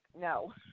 No